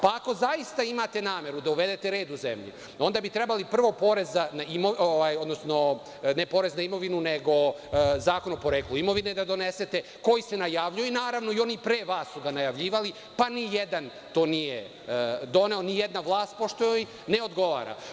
Pa, ako zaista imate nameru da uvedete red u zemlji, onda bi trebalo prvo, odnosno Zakon o poreklu imovine da donesete, koji se najavljuje, naravno i oni pre vas koji su ga najavljivali, pa nijedan to nije doneo, nijedna vlast, pošto joj ne odgovara.